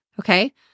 Okay